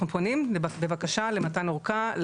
אנחנו פונים בבקשה למתן הארכה,